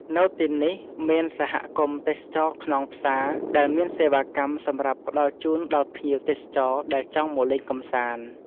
នៅទីនេះ មានសហគមន៍ទេសចរណ៍ខ្នងផ្សា ដែលមានសេវាកម្មសម្រាប់ផ្តល់ជូនដល់ភ្ញៀវទេសចរណ៍ដែលចង់មកលេងកំសាន្ត។